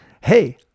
hey